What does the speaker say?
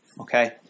okay